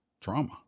trauma